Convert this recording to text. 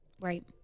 Right